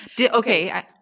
Okay